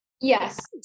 Yes